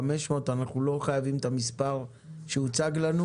500 אנחנו לא חייבים להיצמד למספר שהוצג לנו